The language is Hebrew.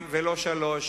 ולא שלוש